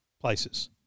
places